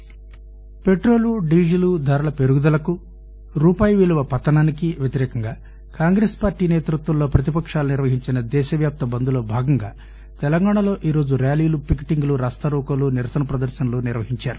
బంద్ petrol diesel ధరల పెరుగుదలకు రూపాయి విలువ పతనానికి వ్యతిరేకంగా కాంగ్రెస్ పార్టీ నేతృత్వంలో ప్రతిపకాలు నిర్వహించిన దేశవ్యాప్త బంద్ లో తెలంగాణాలో ఈరోజు ర్యాలీలు పికెటింగ్ లు రాస్తారోకోలు నిరసన ప్రదర్రనలు నిర్వహించారు